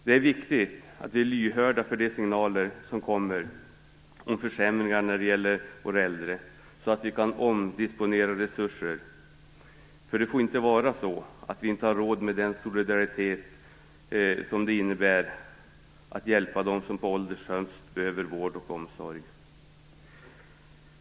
Det är viktigt att vi är lyhörda för de signaler som kommer om försämringar för våra äldre, så att vi kan omdisponera resurser. Det får inte vara så att vi inte har råd med solidariteten att hjälpa dem som på ålderns höst behöver vård och omsorg.